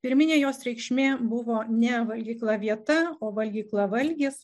pirminė jos reikšmė buvo ne valgykla vieta o valgykla valgis